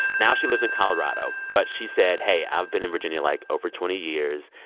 now she lives in colorado. but she said, hey, i've been in virginia, like, over twenty years,